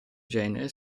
genere